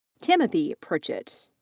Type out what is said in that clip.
timothy pritchett.